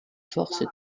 forces